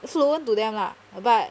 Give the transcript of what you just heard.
fluent to them lah but